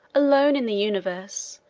alone in the universe,